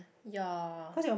ya